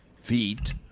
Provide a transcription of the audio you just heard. feet